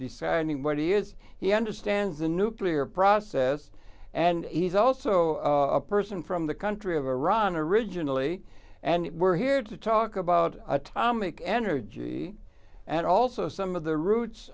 deciding where he is he understands the nuclear process and he's also a person from the country of iran originally and we're here to talk about atomic energy and also some of the roots